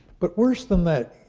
but worse than that,